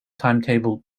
timetable